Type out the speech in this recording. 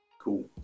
Cool